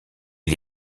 est